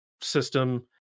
system